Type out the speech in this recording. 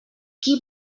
qui